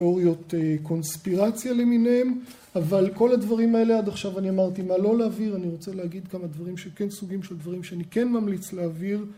תיאוריות קונספירציה למיניהם אבל כל הדברים האלה עד עכשיו אני אמרתי מה לא להעביר אני רוצה להגיד כמה דברים שכן סוגים של דברים שאני כן ממליץ להעביר